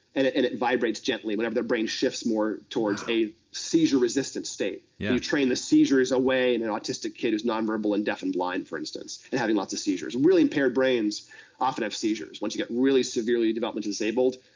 and it and it vibrates gently whenever their brain shifts more towards a seizure-resistant state. you train the seizures away in an autistic kid who's non-verbal and deaf and blind, for instance, and having lots of seizures. really impaired brains often have seizures, once you get really severely developmentally-disabled,